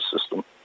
system